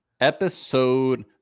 episode